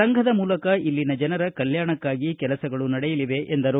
ಸಂಘದ ಮೂಲಕ ಇಲ್ಲಿನ ಜನರ ಕಲ್ಲಾಣಕ್ಕಾಗಿ ಕೆಲಸಗಳು ನಡೆಯಲಿವೆ ಎಂದರು